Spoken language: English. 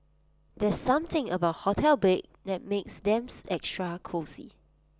there's something about hotel beds that makes them extra cosy